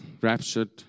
raptured